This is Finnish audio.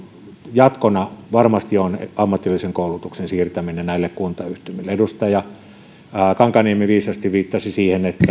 jatkona varmasti on ammatillisen koulutuksen siirtäminen näille kuntayhtymille edustaja kankaanniemi viisaasti viittasi siihen että